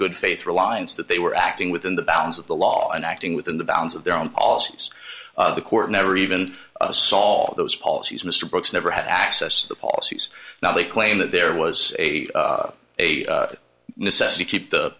good faith reliance that they were acting within the bounds of the law and acting within the bounds of their own all the court never even assault those policies mr brooks never had access to the policies now they claim that there was a a necessity keep the